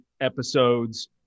episodes